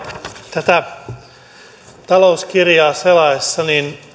tätä talouskirjaa selatessa